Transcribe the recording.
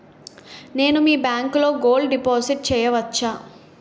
నేను మీ బ్యాంకులో గోల్డ్ డిపాజిట్ చేయవచ్చా?